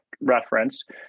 referenced